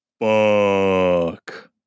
Fuck